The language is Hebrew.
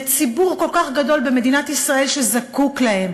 לציבור כל כך גדול במדינת ישראל שזקוק להם,